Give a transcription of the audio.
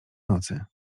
nocy